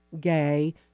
gay